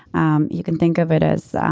um you can think of it as